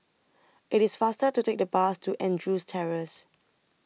IT IS faster to Take The Bus to Andrews Terrace